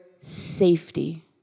safety